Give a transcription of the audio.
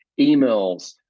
emails